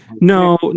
no